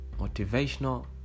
motivational